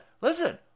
listen